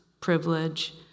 privilege